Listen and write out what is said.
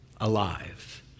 alive